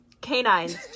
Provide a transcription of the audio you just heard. canines